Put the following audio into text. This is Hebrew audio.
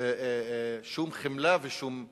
שום חמלה ושום עזרה.